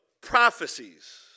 prophecies